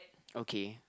okay